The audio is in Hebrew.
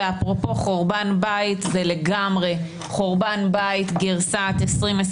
ואפרופו חורבן בית זה לגמרי חורבן בית גרסת 2023,